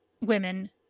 women